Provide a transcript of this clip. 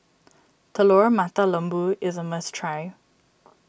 Telur Mata Lembu is a must try